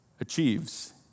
achieves